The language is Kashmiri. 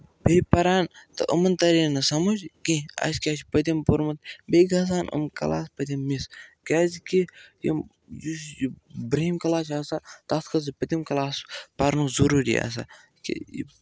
بیٚیہِ پَران تہٕ یِمَن تَرِ ہے نہٕ سَمٕجھ کینٛہہ اَسہِ کیٛاہ چھِ پٔتِم پوٚرمُت بیٚیہِ گژھان یِم کَلاس پٔتِم مِس کیٛازِکہِ یِم یُس یہِ برٛونٛہِم کَلاس چھِ آسان تَتھ خٲطرٕ پٔتِم کَلاس پَرنُک ضٔروٗری آسان